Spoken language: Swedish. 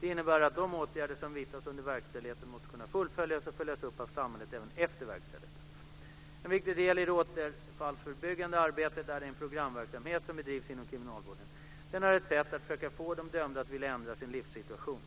Det innebär att de åtgärder som vidtas under verkställigheten måste kunna fullföljas och följas upp av samhället även efter verkställigheten. En viktig del i det återfallsförebyggande arbetet är den programverksamhet som bedrivs inom kriminalvården. Den är ett sätt att försöka få de dömda att vilja ändra sin livssituation.